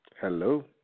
Hello